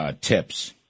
tips